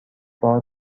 بار